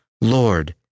Lord